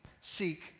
seek